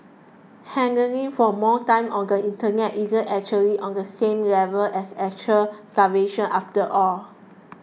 hankering for more time on the internet isn't exactly on the same level as actual starvation after all